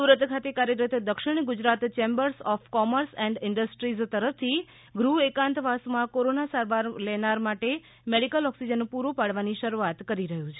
સુરત ખાતે કાર્યરત દક્ષિણ Gujarat chambers of commerce and industries તરફથી ગૃહ એકાંતવાસમાં કોરોના સારવાર લેનાર માટે મેડિકલ ઑક્સીજન પૂરો પાડવાની શરૂઆત કરી રહ્યું છે